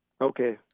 Okay